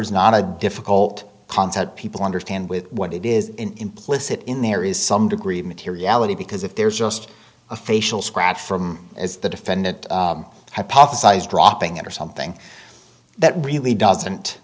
is not a difficult concept people understand with what it is implicit in there is some degree of materiality because if there's just a facial scratch from as the defendant hypothesized dropping it or something that really doesn't